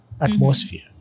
atmosphere